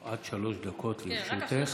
עד שלוש דקות לרשותך.